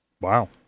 Wow